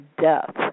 death